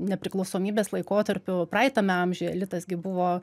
nepriklausomybės laikotarpiu praeitame amžiuje litas gi buvo